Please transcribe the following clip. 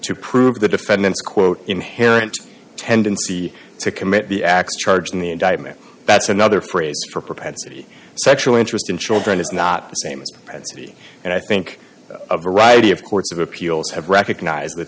to prove the defendant's quote inherent tendency to commit the acts charged in the indictment that's another phrase for propensity sexual interest in children is not the same at city and i think of variety of courts of appeals have recognized